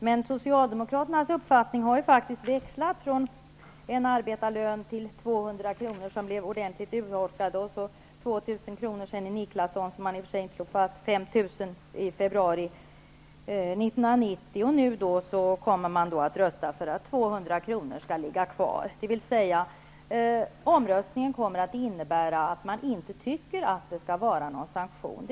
Men vissa socialdemokraters bedömning har växlat från att sanktionen skulle vara lika hög som en arbetarlön eller endast 200 kr., vilket skulle vara en ordentlig urholkning. Den har växlat från 2 000 kr. enligt den Niklassonska utredningen, som i och för sig inte slogs fast, till 5 000 kr. i februari 1990. Och nu kommer man att rösta för att 200 kr. skall ligga kvar, dvs. omröstningen kommer att innebära att man inte tycker att det skall vara någon sanktion.